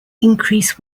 increase